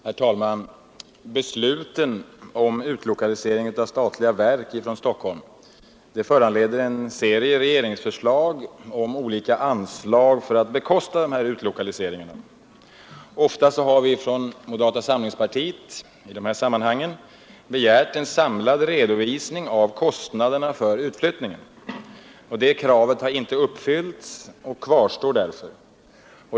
Herr talman! Beslutet om utlokalisering av statliga verk från Stockholm föranleder en serie regeringsförslag om olika anslag för att bekosta dessa utlokaliseringar. Ofta har vi från moderata samlingspartiet i dessa sammanhang begärt en samlad redovisning av kostnaderna för utflyttningen. Detta krav har inte uppfyllts och kvarstår därför.